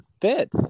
fit